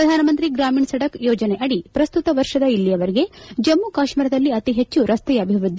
ಪ್ರಧಾನಮಂತ್ರಿ ಗ್ರಾಮೀಣ ಸಡಕ್ ಯೋಜನೆಯಡಿ ಪ್ರಸ್ತುತ ವರ್ಷದ ಇಲ್ಲಿಯವರೆಗೆ ಜಮ್ನು ಕಾಶ್ನೀರದಲ್ಲಿ ಅತೀ ಹೆಚ್ಚು ರಸ್ತೆ ಅಭಿವ್ದಿದ್ಲ